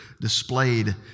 displayed